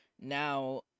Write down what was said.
now